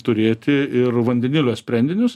turėti ir vandenilio sprendinius